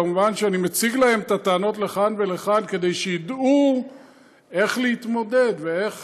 במובן שאני מציג להם את הטענות לכאן ולכאן כדי שידעו איך להתמודד ואיך